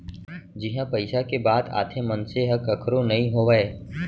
जिहाँ पइसा के बात आथे मनसे ह कखरो नइ होवय